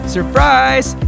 Surprise